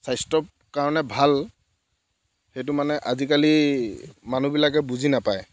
স্বাস্থ্যৰ কাৰণে ভাল সেইটো মানে আজিকালি মানুহবিলাকে বুজি নাপায়